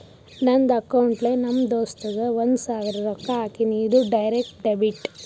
ನಂದ್ ಅಕೌಂಟ್ಲೆ ನಮ್ ದೋಸ್ತುಗ್ ಒಂದ್ ಸಾವಿರ ರೊಕ್ಕಾ ಹಾಕಿನಿ, ಇದು ಡೈರೆಕ್ಟ್ ಡೆಬಿಟ್